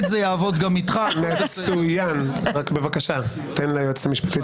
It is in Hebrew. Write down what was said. שהם נציגי היועצת המשפטית